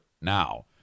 now